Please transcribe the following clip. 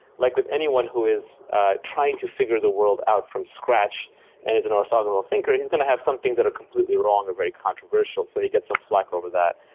like with anyone who is trying to figure the world out from scratch and is an orthogonal thinker, he's going to have some things that are completely wrong or controversial so he gets some flack over that.